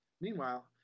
Meanwhile